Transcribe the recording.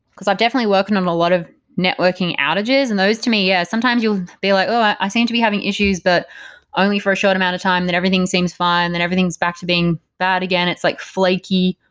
because i've definitely working on a lot of networking outages and those to me yeah, sometimes you'll be like, oh, i seem to be having issues, but only for a short amount of time that everything seems fine, then everything's back to being bad again. it's like flaky,